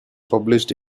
published